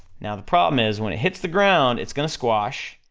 now the problem is, when it hits the ground, it's gonna squash,